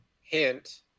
hint